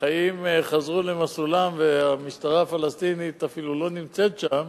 החיים חזרו למסלולם והמשטרה הפלסטינית אפילו לא נמצאת שם,